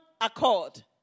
accord